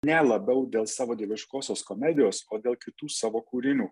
ne labiau dėl savo dieviškosios komedijos o dėl kitų savo kūrinių